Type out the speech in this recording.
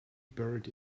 buried